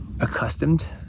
accustomed